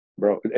Bro